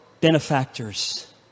benefactors